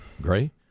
Gray